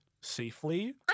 safely